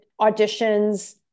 auditions